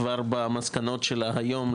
כבר במסקנות שלה היום,